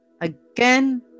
Again